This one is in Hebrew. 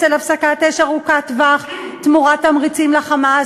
על הפסקת אש ארוכת טווח תמורת תמריצים ל"חמאס",